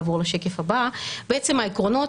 בעצם העקרונות,